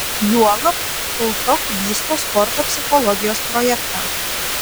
juolab ltok vysto sporto psichologijos projektą